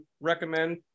recommend